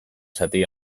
zati